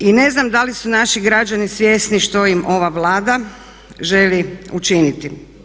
I ne znam da li su naši građani svjesni što im ova Vlada želi učiniti?